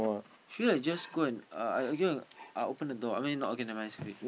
should we like just go and uh I go and I open the door okay never mind it's okay